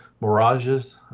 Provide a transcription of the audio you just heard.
mirages